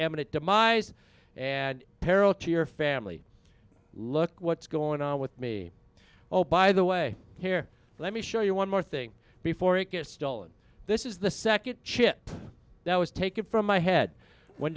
eminent demise and peril to your family look what's going on with me oh by the way here let me show you one more thing before it gets stolen this is the second chip that was taken from my head when